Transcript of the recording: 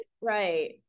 Right